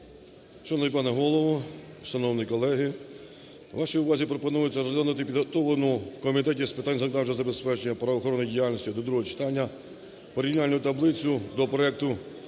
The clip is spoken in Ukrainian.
Шановний пане Голово, шановні колеги! Вашій увазі пропонується розглянути підготовлену в Комітеті з питань законодавчого забезпечення правоохоронної діяльності до другого читання порівняльну таблицю до проекту